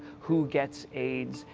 who gets aids,